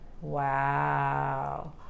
wow